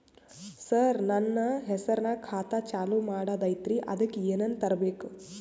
ಸರ, ನನ್ನ ಹೆಸರ್ನಾಗ ಖಾತಾ ಚಾಲು ಮಾಡದೈತ್ರೀ ಅದಕ ಏನನ ತರಬೇಕ?